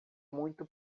muito